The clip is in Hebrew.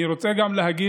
אני גם רוצה לציין